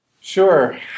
Sure